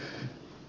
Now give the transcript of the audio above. kysyn